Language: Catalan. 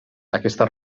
aquesta